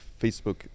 facebook